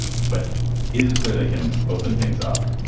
but is it clear they can open things up?